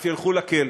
אף ילכו לכלא.